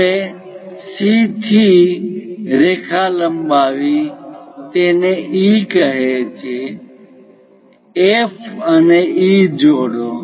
હવે C થી રેખા લંબાવી તેને E કહે છે F અને E જોડો